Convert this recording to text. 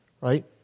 right